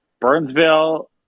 Burnsville